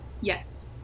yes